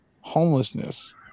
homelessness